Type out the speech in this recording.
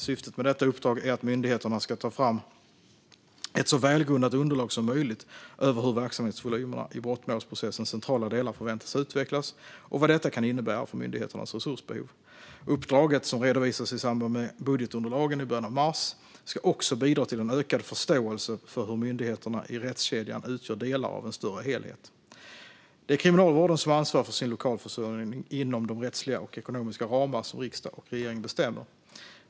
Syftet med detta uppdrag är att myndigheterna ska ta fram ett så välgrundat underlag som möjligt för hur verksamhetsvolymerna i brottmålsprocessens centrala delar förväntas utvecklas och vad detta kan innebära för myndigheternas resursbehov. Uppdraget, som redovisas i samband med budgetunderlagen i början av mars, ska också bidra till en ökad förståelse för hur myndigheterna i rättskedjan utgör delar av en större helhet. Det är Kriminalvården som ansvarar för sin lokalförsörjning inom de rättsliga och ekonomiska ramar som riksdag och regering bestämmer.